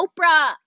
Oprah